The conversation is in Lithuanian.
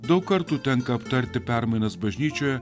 daug kartų tenka aptarti permainas bažnyčioje